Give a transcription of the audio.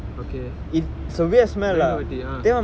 okay மெழுகுவர்த்தி:mezhuguvarthi ah